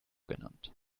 genannt